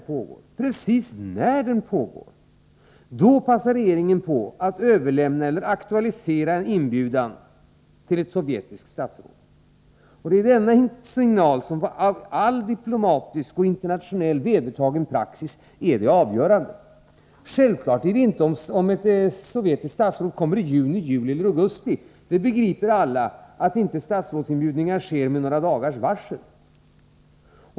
Precis när den pågår passar regeringen på att aktualisera en inbjudan till ett sovjetiskt statsråd. Det är denna signal som enligt all diplomatisk och internationellt vedertagen praxis är det avgörande. Självfallet är inte det väsentliga om ett sovjetiskt statsråd kommer i juni, juli eller augusti. Det begriper alla att statsrådsinbjudningar inte sker med några dagars varsel.